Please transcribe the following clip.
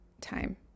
time